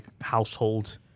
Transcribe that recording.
household